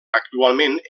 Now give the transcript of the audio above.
actualment